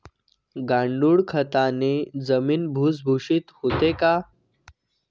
गांडूळ खताने जमीन भुसभुशीत होते का?